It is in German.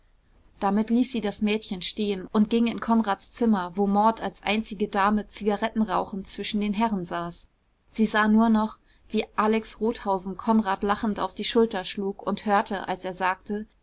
damit ließ sie das mädchen stehen und ging in konrads zimmer wo maud als einzige dame zigarettenrauchend zwischen den herren saß sie sah nur noch wie alex rothausen konrad lachend auf die schulter schlug und hörte als er sagte